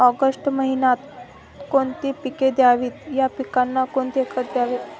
August महिन्यात कोणती पिके घ्यावीत? या पिकांना कोणते खत द्यावे?